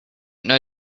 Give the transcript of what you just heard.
know